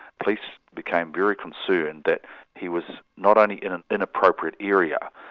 police became very concerned that he was not only in an inappropriate area,